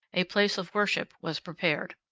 a place of worship was prepared.